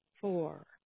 four